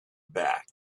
back